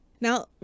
Now